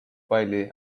quietly